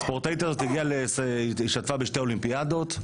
הספורטאית הזאת השתתפה בשתי אולימפיאדות.